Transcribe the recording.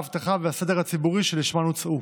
האבטחה והסדר הציבורי שלשמן הוצאו.